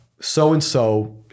so-and-so